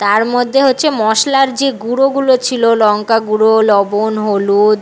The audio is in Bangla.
তার মধ্যে হচ্ছে মশলার যে গুঁড়োগুলো ছিলো লঙ্কা গুঁড়ো লবণ হলুদ